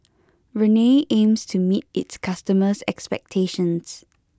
Rene aims to meet its customers' expectations